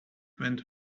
went